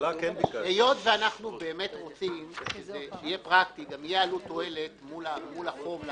היות ואנחנו באמת רוצים שזה יהיה פרקטי וגם תהיה עלות-תועלת מול החוב,